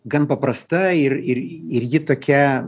gan paprasta ir ir ir ji tokia